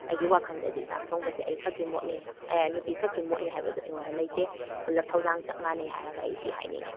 ꯑꯩꯒꯤ ꯋꯥꯈꯟꯗꯗꯤ ꯆꯥꯛ ꯊꯣꯡꯕꯁꯦ ꯑꯩ ꯈꯛꯀꯤ ꯃꯣꯠꯅꯤ ꯅꯨꯄꯤ ꯈꯛꯀꯤ ꯃꯣꯠꯅꯤ ꯍꯥꯏꯕꯗꯨ ꯑꯩꯉꯣꯟꯗ ꯂꯩꯇꯦ ꯄꯨꯂꯞ ꯊꯧꯗꯥꯡ ꯆꯞ ꯃꯥꯟꯅꯩ ꯍꯥꯏꯔꯒ ꯑꯩ ꯁꯤ ꯍꯥꯏꯅꯤꯉꯤ